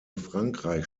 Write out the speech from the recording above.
frankreich